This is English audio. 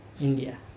India